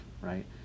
right